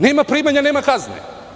Nema primanja, nema kazne.